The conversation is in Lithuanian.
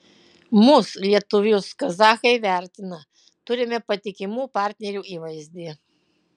mus lietuvius kazachai vertina turime patikimų partnerių įvaizdį